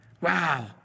Wow